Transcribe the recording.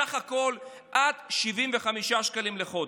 סך הכול, עד 75 שקלים לחודש.